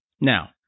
Now